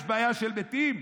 יש בעיה של מתים?